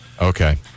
Okay